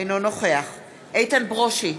אינו נוכח איתן ברושי,